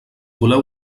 voleu